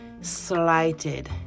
slighted